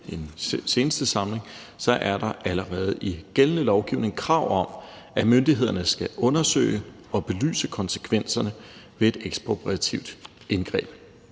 i den seneste samling, er der allerede i gældende lovgivning krav om, at myndighederne skal undersøge og belyse konsekvenserne ved et ekspropriativt indgreb.